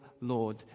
Lord